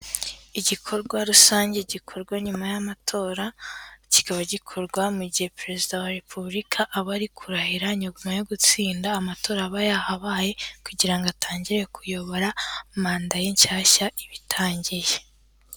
Igikorwa rusange gikorwa nyuma y'amatora, kikaba gikorwa mu gihe perezida wa repubulika aba ari kurahira nyuma yo gutsinda amatora aba yahabaye, kugira ngo atangire kuyobora manda ye nshyashya iba itangiye.